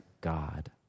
God